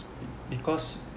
because